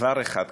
דבר אחד קרה: